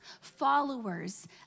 followers